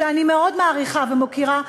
שאני מאוד מעריכה ומוקירה,